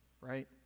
right